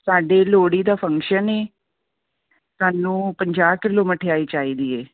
ਸਾਡੇ ਲੋਹੜੀ ਦਾ ਫੰਕਸ਼ਨ ਹੈ ਸਾਨੂੰ ਪੰਜਾਹ ਕਿਲੋ ਮਠਿਆਈ ਚਾਹੀਦੀ ਹੈ